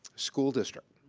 school district.